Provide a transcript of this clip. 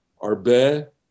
Arbe